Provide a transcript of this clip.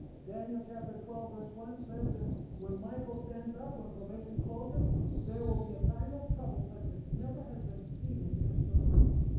daniel chapter twelve verse one says that when michael stands up, when probation closes there will be a time of trouble such as never has been seen in the history of the world,